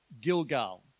Gilgal